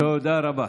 תודה רבה.